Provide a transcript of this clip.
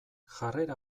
jarrera